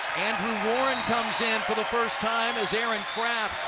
andrew warren comes in for the first time as aaron craft